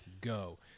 go